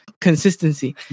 consistency